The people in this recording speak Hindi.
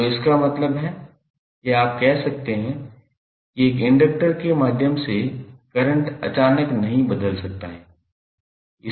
तो इसका मतलब है कि आप कह सकते हैं कि एक इंडक्टर के माध्यम से करंट अचानक नहीं बदल सकता है